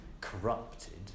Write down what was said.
corrupted